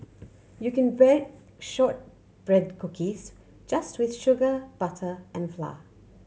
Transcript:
you can bake shortbread cookies just with sugar butter and flour